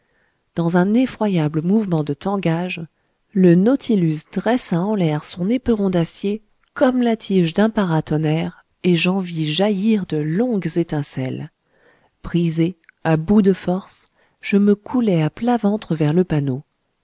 dans un effroyable mouvement de tangage le nautilus dressa en l'air son éperon d'acier comme la tige d'un paratonnerre et j'en vis jaillir de longues étincelles brisé à bout de forces je me coulai à plat ventre vers le panneau